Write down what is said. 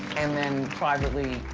and then privately,